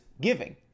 giving